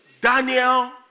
Daniel